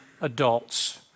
adults